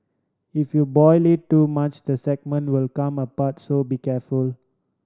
if you boil it too much the segment will come apart so be careful